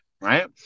right